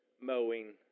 mowing